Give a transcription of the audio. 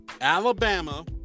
Alabama